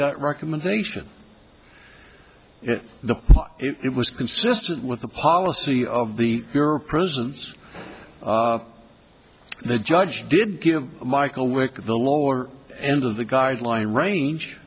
that recommendation if the it was consistent with the policy of the your prisons the judge did give michael work at the lower end of the guideline range